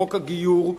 חוק הגיור,